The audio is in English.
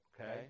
Okay